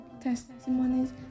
testimonies